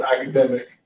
academic